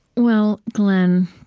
well, glenn,